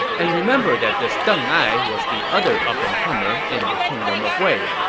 and remember that this deng ai was the other up-and-comer in the kingdom of wei,